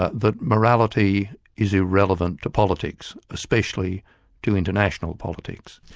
ah that morality is irrelevant to politics, especially to international politics.